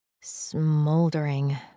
smoldering